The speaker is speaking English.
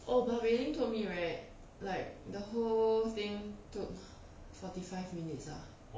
oh but wei ling told me right like the whole thing took forty five minutes ah